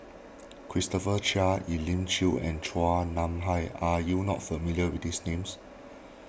Christopher Chia Elim Chew and Chua Nam Hai are you not familiar with these names